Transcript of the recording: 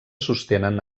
sostenen